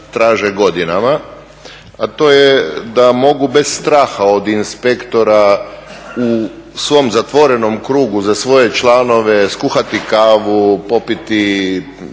a to je da mogu bez straha od inspektora u svom zatvorenom krugu za svoje članove skuhati kavu, popiti